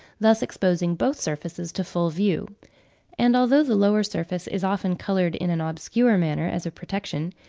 thus exposing both surfaces to full view and although the lower surface is often coloured in an obscure manner as a protection,